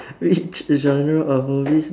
which genre of movies